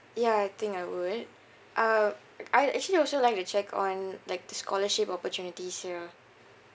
ya I think I would uh I actually also like to check on like the scholarship opportunities here